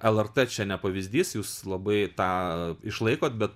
lrt čia ne pavyzdys jūs labai tą išlaikot bet